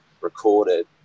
recorded